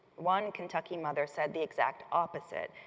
one kentucky mother said the exact opposite,